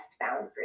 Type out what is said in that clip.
boundaries